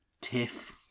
tiff